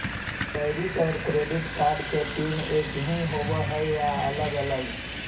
Debit और credit card के pin एकही होव हइ या अलग अलग?